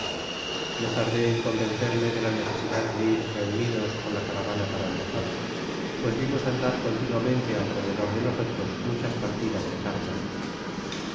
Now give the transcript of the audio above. no tardé en conveneeraia de la necesidad de ir reunidos con la caravana para viajar pues vimos andar continuamente alrededor ae nosotros muchas partidas de tártaros